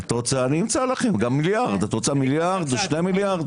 את רוצה אני אמצא לכם גם מיליארד את רוצה מיליארד או שני מיליארד?